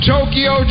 Tokyo